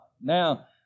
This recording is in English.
Now